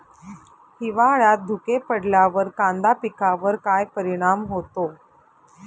हिवाळ्यात धुके पडल्यावर कांदा पिकावर काय परिणाम होतो?